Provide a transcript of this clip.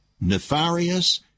nefarious